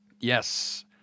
Yes